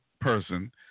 person